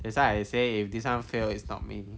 that's why I say if this one fail it's not me